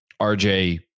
RJ